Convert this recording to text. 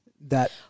that-